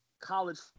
college